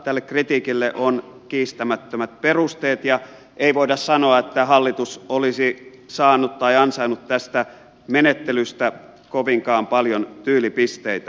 tälle kritiikille on kiistämättömät perusteet ja ei voida sanoa että hallitus olisi saanut tai ansainnut tästä menettelystä kovinkaan paljon tyylipisteitä